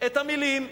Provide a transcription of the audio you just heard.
את המלים,